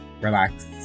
relax